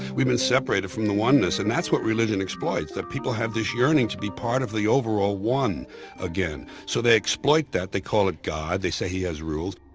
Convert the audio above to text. we've been separated from the oneness, and that's what religion exploits. that people have this yearning to be part of the overall one again. so they exploit that. they call it god, they say he has rules,